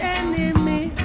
enemy